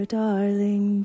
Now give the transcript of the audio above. darling